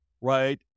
right